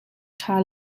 ṭha